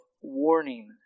warning